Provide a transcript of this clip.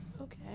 Okay